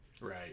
right